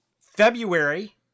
February